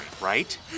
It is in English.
right